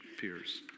peers